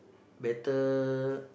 better